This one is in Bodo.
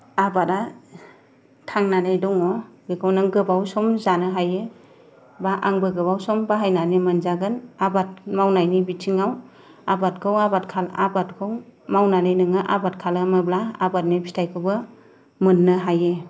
आबादा थांनानै दङ बेखौ नों गोबाव सम जानो हायो बा आंबो गोबाव सम बाहायनानै मोनजागोन आबाद मावनायनि बिथिङाव आबादखौ आबाद खालाम आबादखौ मावनानै नोङो आबाद खालामोब्ला आबादनि फिथाइखौबो मोननो हायो